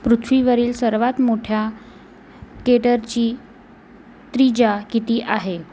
पृथ्वीवरील सर्वात मोठ्या केटरची त्रिज्या किती आहे